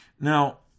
Now